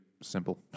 simple